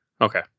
Okay